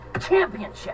championship